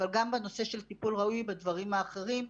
אבל גם בנושא של טיפול ראוי ודברים אחרים,